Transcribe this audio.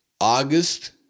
August